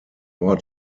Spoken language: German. ort